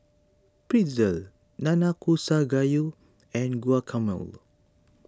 Pretzel Nanakusa Gayu and Guacamole